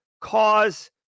cause